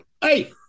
hey